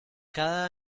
cada